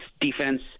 defense